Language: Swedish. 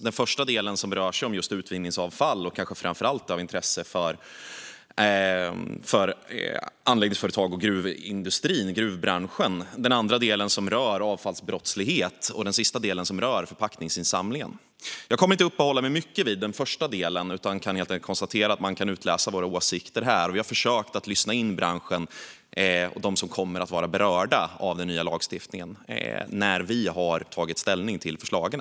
Den första delen handlar om utvinningsavfall och är kanske framför allt av intresse för anläggningsföretagen och gruvbranschen. Den andra delen rör avfallsbrottslighet. Den sista rör förpackningsinsamlingen. Jag kommer inte att uppehålla mig mycket vid den första delen utan kan helt enkelt konstatera att man kan utläsa våra åsikter i betänkandet. Vi har försökt lyssna in branschen och dem som kommer att vara berörda av den nya lagstiftningen när vi har tagit ställning till förslagen.